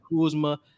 Kuzma